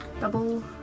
Double